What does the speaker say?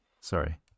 Sorry